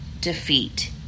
defeat